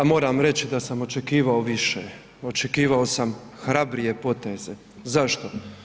Moram reći da sam očekivao više, očekivao sam hrabrije poteze, zašto?